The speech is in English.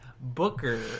Booker